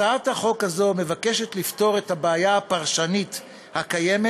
הצעת החוק הזאת מבקשת לפתור את הבעיה הפרשנית הקיימת,